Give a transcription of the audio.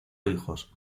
hijos